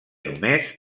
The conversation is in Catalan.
només